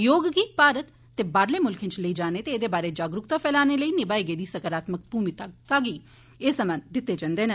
योग गी भारत ते बाह्रलें मुल्खें च लेई जाने ते एह्दे बारे जागरूकता फैलाने लेई निभाई गेदी साकारात्मक मूमिका लेई एह् सम्मान दित्ते जंदे न